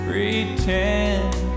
pretend